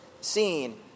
seen